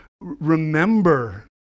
remember